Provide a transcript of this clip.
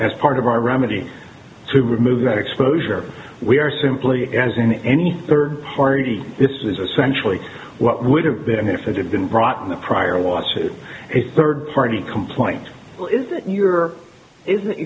as part of our remedy to remove that exposure we are simply as in any third party this is essentially what would have been if it had been brought in the prior watch to a third party complaint is that your is that